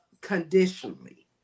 conditionally